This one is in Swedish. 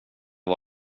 att